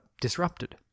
disrupted